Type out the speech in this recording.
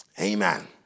Amen